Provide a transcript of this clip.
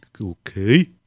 Okay